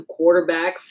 quarterbacks